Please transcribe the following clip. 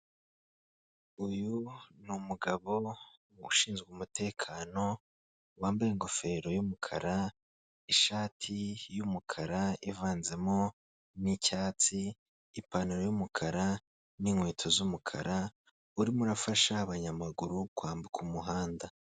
Uyu ni umugabo ushinzwe umutekano wambaye ingofero y'umukara, ishati y'umukara ivanzemo n'icyatsi, ipantaro y'umukara n'inkweto z'umukara urimo urafasha abanyamaguru kwambuka umuhanda.